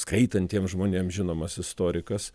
skaitantiem žmonėm žinomas istorikas